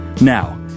Now